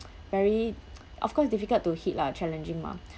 very of course difficult to hit lah challenging mah